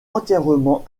entièrement